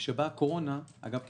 אגב,